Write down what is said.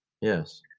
Yes